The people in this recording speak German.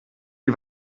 die